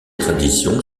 tradition